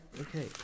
Okay